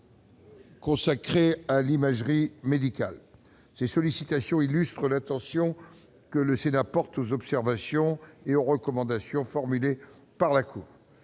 consacrés à l'imagerie médicale. Ces sollicitations illustrent l'attention que porte le Sénat aux observations et aux recommandations formulées par la Cour.